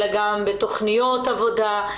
אלא גם בתוכניות עבודה.